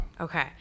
Okay